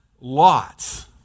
lots